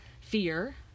fear